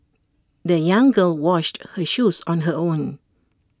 the young girl washed her shoes on her own